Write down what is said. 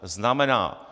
Znamená!